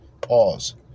Pause